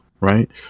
right